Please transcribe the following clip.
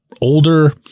older